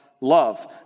love